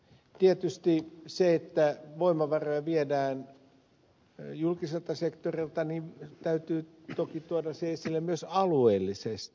tietysti se että voimavaroja viedään julkiselta sektorilta täytyy toki tuoda esille myös alueellisesti